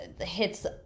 hits –